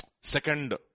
second